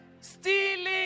stealing